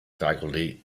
faculty